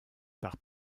par